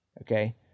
Okay